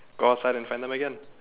go outside and find them again